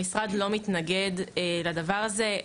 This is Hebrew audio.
המשרד לא מתנגד לדבר הזה.